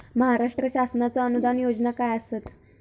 महाराष्ट्र शासनाचो अनुदान योजना काय आसत?